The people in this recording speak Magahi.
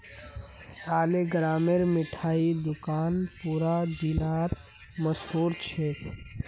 सालिगरामेर मिठाई दुकान पूरा जिलात मशहूर छेक